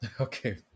Okay